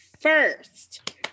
first